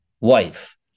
wife